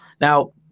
Now